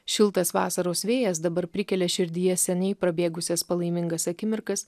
šiltas vasaros vėjas dabar prikelia širdyje seniai prabėgusias palaimingas akimirkas